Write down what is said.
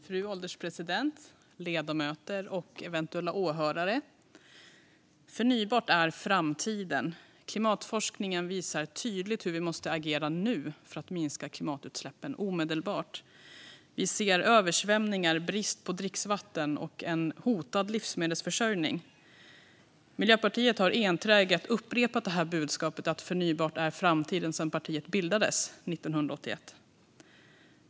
Fru ålderspresident, ledamöter och eventuella åhörare! Förnybart är framtiden. Klimatforskningen visar tydligt hur vi måste agera nu för att minska klimatutsläppen omedelbart. Vi ser översvämningar, brist på dricksvatten och en hotad livsmedelsförsörjning. Miljöpartiet har enträget upprepat budskapet att förnybart är framtiden sedan partiet bildades 1981.